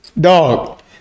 dog